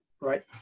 right